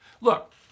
Look